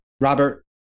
Robert